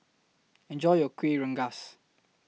Enjoy your Kuih Rengas